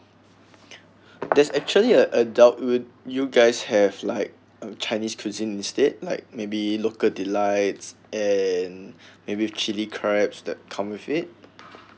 there's actually uh adult would you guys have like uh chinese cuisine instead like maybe local delights and maybe with chilli crabs that come with it